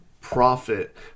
profit